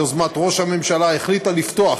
הממשלה, ביוזמת ראש הממשלה, החליטה לפתוח